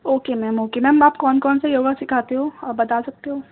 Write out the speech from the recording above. okay ma'am okay ma'am آپ کون کون سے یوگا سکھاتے ہو آپ بتا سکتے ہو